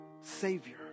Savior